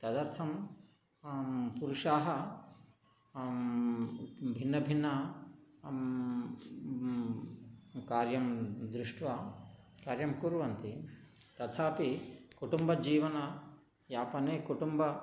तदर्थं पुरुषाः भिन्नभिन्न कार्यं दृष्ट्वा कार्यं कुर्वन्ति तथापि कुटुम्बजीवनयापने कुटुम्ब